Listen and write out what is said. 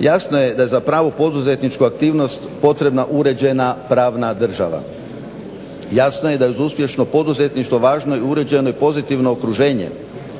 Jasno je da za pravu poduzetničku aktivnost potrebna uređena pravna država. Jasno je da za uspješno poduzetništvo važno i uređeno pozitivno okruženje.